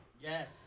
Yes